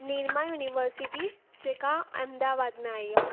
Nirma university जेका अहमदाबाद में आई आहे